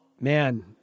man